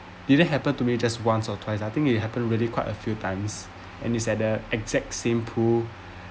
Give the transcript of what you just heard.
didn't happen to me just once or twice I think it happen really quite a few times and is at the exact same pool